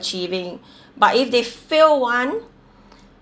achieving but if they fail one